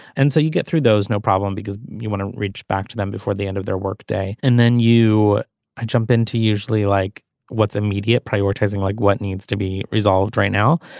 and so you get through those. no problem because you want to reach back to them before the end of their workday and then you ah jump in to usually like what's immediate. prioritizing like what needs to be resolved right now.